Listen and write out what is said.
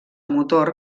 motor